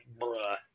bruh